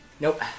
Nope